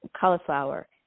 Cauliflower